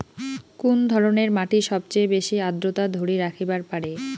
কুন ধরনের মাটি সবচেয়ে বেশি আর্দ্রতা ধরি রাখিবার পারে?